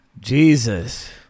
Jesus